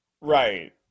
Right